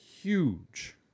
huge